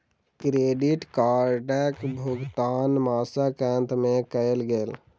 credit कार्डक भुगतान मासक अंत में कयल गेल